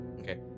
Okay